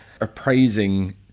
appraising